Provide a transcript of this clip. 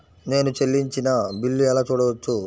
నేను చెల్లించిన బిల్లు ఎలా చూడవచ్చు?